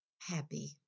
happy